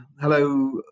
Hello